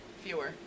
Fewer